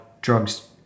drugs